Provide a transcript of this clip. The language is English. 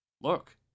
Look